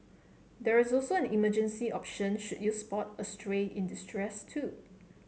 there's also an emergency option should you spot a stray in distress too